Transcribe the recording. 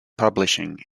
publishing